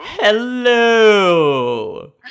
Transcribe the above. Hello